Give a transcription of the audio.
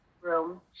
room